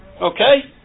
Okay